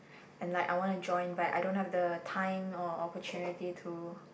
and like I wanna join but I don't have the time or opportunity to